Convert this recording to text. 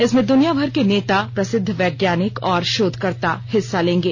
इसमें दुनियाभर के नेता प्रसिद्ध वैज्ञानिक और शोधकर्ता हिस्सा लेंगे